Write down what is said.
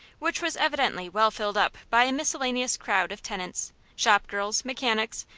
which was evidently well filled up by a miscellaneous crowd of tenants shop girls, mechanics,